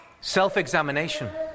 self-examination